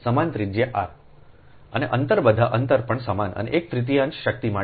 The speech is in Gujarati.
સમાન ત્રિજ્યા r અને અંતર બધા અંતર પણ સમાન અને એક તૃતીયાંશ શક્તિ માટે